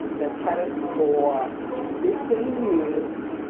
that's had it for fifteen years,